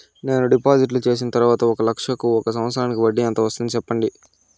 నేను డిపాజిట్లు చేసిన తర్వాత ఒక లక్ష కు ఒక సంవత్సరానికి వడ్డీ ఎంత వస్తుంది? సెప్పండి?